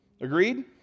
Agreed